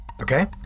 Okay